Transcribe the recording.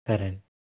సరేండి